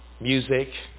Music